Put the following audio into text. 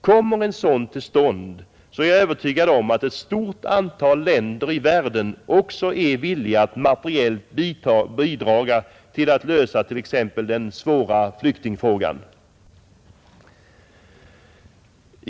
Kommer en sådan till stånd är jag övertygad om att ett stort antal länder i världen också är villiga att materiellt bidraga till att lösa t.ex. den svåra flyktingfrågan.